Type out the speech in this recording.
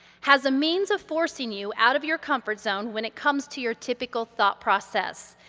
has a means of forcing you out of your comfort zone when it comes to your typical thought process.